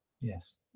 Yes